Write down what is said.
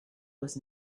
was